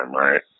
right